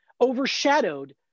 overshadowed